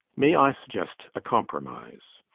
may i suggest a compromise?